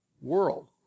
world